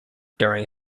during